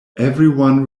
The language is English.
everyone